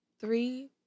three